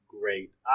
great